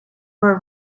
were